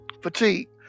fatigue